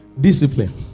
Discipline